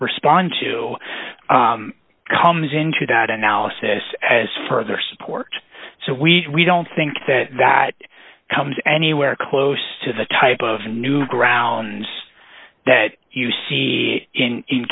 respond to comes into that analysis as further support so we don't think that that comes anywhere close to the type of newgrounds that you see in